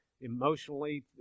emotionally